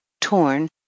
torn